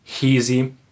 easy